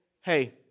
hey